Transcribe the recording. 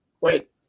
Wait